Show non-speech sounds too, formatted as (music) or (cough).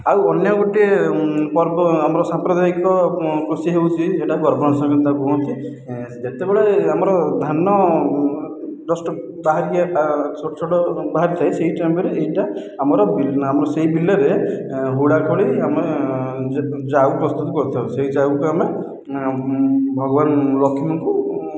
ଆଉ ଅନ୍ୟ ଗୋଟିଏ ପର୍ବ ଆମର ସାମ୍ପ୍ରଦାୟିକ କୃଷି ହେଉଛି ଏଟା ଗର୍ଭଣାସଂକ୍ରାନ୍ତି କହନ୍ତି ଯେତେବେଳେ ଆମର ଧାନ ଜଷ୍ଟ ବାହାରି (unintelligible) ଛୋଟ ଛୋଟ ବାହାରିଥାଏ ସେହି ଟାଇମ୍ରେ ଏଇଟା ଆମର ଆମର ସେହି ବିଲରେ ହୁଡ଼ା ଖୋଳି ଆମେ ଜାଉ ପ୍ରସ୍ତୁତି କରିଥାଉ ସେହି ଜାଉକୁ ଆମେ ଭଗବାନ ଲକ୍ଷ୍ମୀଙ୍କୁ